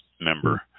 member